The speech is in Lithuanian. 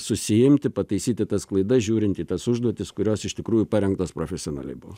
susiimti pataisyti tas klaidas žiūrint į tas užduotis kurios iš tikrųjų parengtos profesionaliai buvo